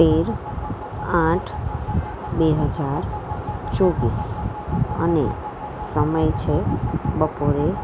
તેર આઠ બે હજાર ચોવીસ અને સમય છે બપોરે